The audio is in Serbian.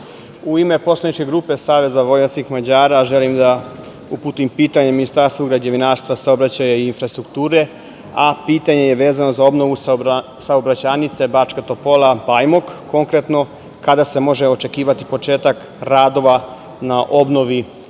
u ime poslaničke grupe SVM želim da uputim pitanje Ministarstvu građevinarstva, saobraćaja i infrastrukture, a pitanje je vezano za obnovu saobraćajnice Bačka Topola – Bajmok. Konkretno, kada se može očekivati radova na obnovi